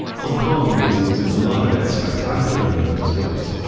hong kong is losing a lot of its spectacular neon displays.